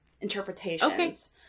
Interpretations